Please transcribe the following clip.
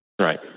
Right